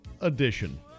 edition